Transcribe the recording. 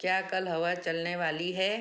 क्या कल हवा चलने वाली है